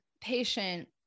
patient